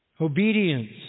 Obedience